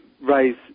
raise